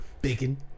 Bacon